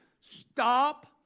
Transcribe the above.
Stop